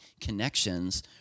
connections